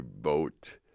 vote